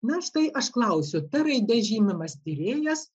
na štai aš klausiu t raide žymimas tyrėjas